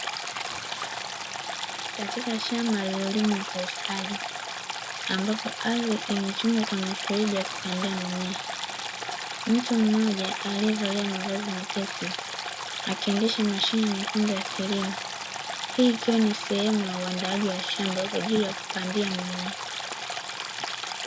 Katika shamba lililolimwa kwa ustadi ambapo ardhi imechimbwa kwa mifereji ya kupandia mimea. Mtu mmoja aliyevalia mavazi mepesi akiendesha mashine nyekundu ya kilimo, hii ikiwa ni sehemu ya uandaaji wa shamba kwa ajili ya kupandia mimea.